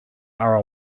are